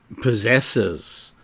possesses